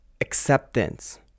acceptance